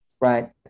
right